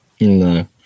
No